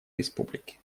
республики